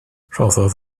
rhoddodd